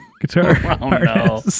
guitar